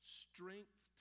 strength